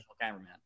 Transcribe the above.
cameraman